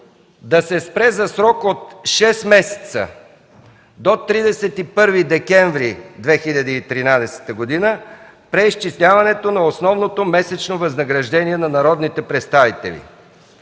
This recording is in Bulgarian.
г. спира за срок до 31 декември 2013 г. преизчисляването на основното месечно възнаграждение на народните представители